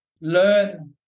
learn